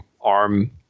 arm